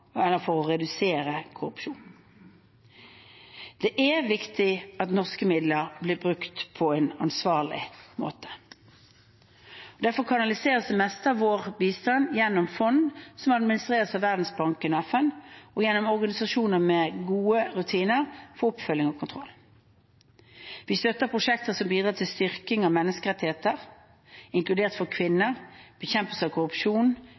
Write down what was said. redusere korrupsjon. Det er viktig at norske midler blir brukt på en ansvarlig måte. Derfor kanaliseres det meste av vår bistand gjennom fond som administreres av Verdensbanken og FN, og gjennom organisasjoner med gode rutiner for oppfølging og kontroll. Vi støtter prosjekter som bidrar til styrking av menneskerettigheter, inkludert for kvinner, bekjempelse av korrupsjon,